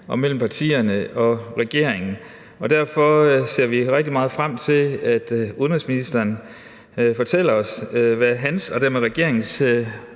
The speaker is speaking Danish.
og mellem partierne og regeringen. Og derfor ser vi rigtig meget frem til, at udenrigsministeren fortæller os, hvad hans og dermed regeringens